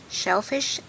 shellfish